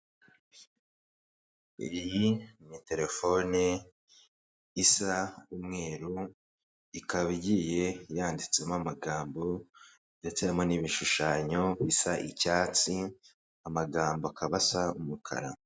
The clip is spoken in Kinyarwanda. Iyi ni telefoni isa umweru ikaba igiye yanditsemo amagambo ndetsemo n'ibishushanyo bisa icyatsi amagambo akabasa umukara.